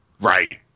Right